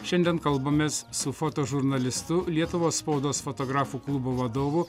šiandien kalbamės su fotožurnalistu lietuvos spaudos fotografų klubo vadovu